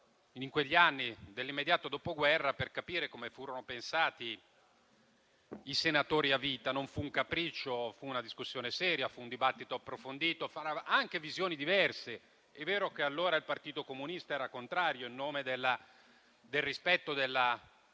negli anni dell'immediato Dopoguerra, per comprendere come furono pensati i senatori a vita; fu non un capriccio, ma una discussione seria, un dibattito approfondito, nel corso del quale emersero anche visioni diverse. È vero che allora il Partito Comunista era contrario in nome del rispetto del